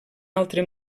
altre